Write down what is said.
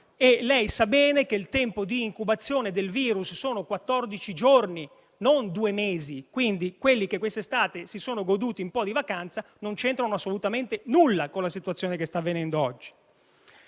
e lei sa bene che il tempo di incubazione del virus è di quattordici giorni e non di due mesi, quindi quelli che quest'estate si sono goduti un po' di vacanza non c'entrano assolutamente nulla con la situazione che sta avvenendo oggi.